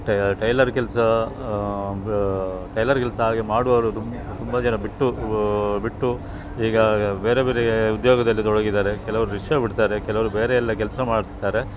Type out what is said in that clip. tie tailor ಕೆಲಸ tailor ಕೆಲಸ ಹಾಗೆ ಮಾಡುವವರು ತುಂ ತುಂಬ ಜನ ಬಿಟ್ಟು ಬಿಟ್ಟು ಈಗ ಬೇರೆ ಬೇರೆ ಉದ್ಯೋಗದಲ್ಲಿ ತೊಡಗಿದ್ದಾರೆ ಕೆಲವರು ರಿಕ್ಷಾ ಬಿಡ್ತಾರೆ ಕೆಲವರು ಬೇರೆಲ್ಲ ಕೆಲಸ ಮಾಡ್ತಾರೆ